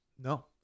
No